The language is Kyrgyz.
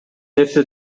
нерсе